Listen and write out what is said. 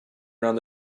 around